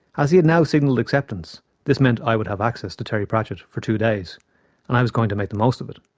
as he had now signalled acceptance, this meant i would have access to terry pratchett for two days and i was going to make the most of it.